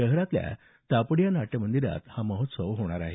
शहरातल्या तापडिया नाट्यमंदिरात हा महोत्सव होणार आहे